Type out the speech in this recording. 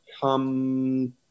come